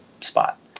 spot